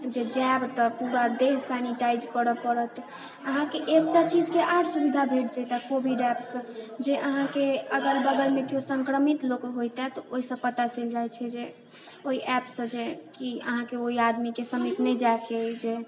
जे जायब तऽ पूरा देह सेनिटाइज करय पड़त अहाँकेँ एकटा चीजके आओर सुविधा भेट जैतए कोविड ऐपसँ जे अहाँके अगल बगलमे कियो सङ्क्रमित लोक होइते तऽ ओहिसँ पता चलि जाइत छै जे ओहि ऐपसँ जे कि अहाँकेँ ओहि आदमीके समीप नहि जायके अइ जे